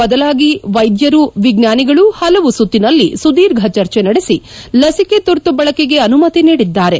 ಬದಲಾಗಿ ವೈದ್ಯರು ವಿಜ್ಞಾನಿಗಳು ಪಲವು ಸುತ್ತಿನಲ್ಲಿ ಸುದೀರ್ಘ ಚರ್ಚೆ ನಡೆಸಿ ಲಸಿಕೆ ತುರ್ತು ಬಳಕೆಗೆ ಅನುಮತಿ ನೀಡಿದ್ದಾರೆ